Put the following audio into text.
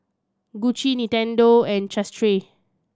Gucci Nintendo and Chateraise